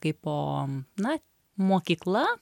kaipo na mokykla